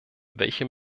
welche